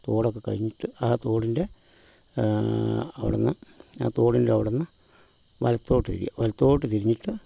തോടൊക്കെ കഴിഞ്ഞിട്ട് ആ തോടിൻ്റെ അവിടുന്ന് ആ തോടിൻ്റ അവിടുന്ന് വലത്തോട്ട് തിരിയുക വലത്തോട്ട് തിരിഞ്ഞിട്ട്